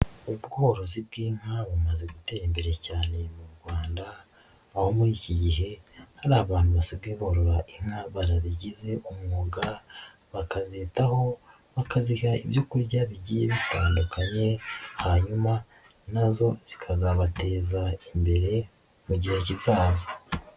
Ubworozi bw'inka bumaze gutera imbere cyane mu Rwanda, aho muri iki gihe hari abantu basigaye borora inka barabigize umwuga, bakazitaho, bakaziha ibyorya bigiye bitandukanye, hanyuma nazo zikazabateza imbere mu gihe kizaza.